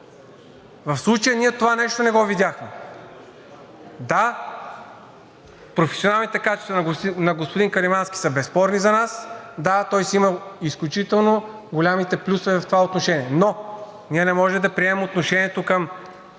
В случая ние това нещо не го видяхме – да, професионалните качества на господин Каримански са безспорни. За нас той има изключително големите плюсове в това отношение, но ние не можем да приемем отношението към